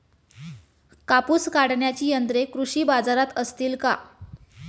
कापूस काढण्याची यंत्रे कृषी बाजारात असतील का?